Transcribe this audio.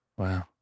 Wow